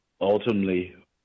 Ultimately